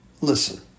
Listen